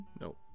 Nope